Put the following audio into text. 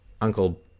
Uncle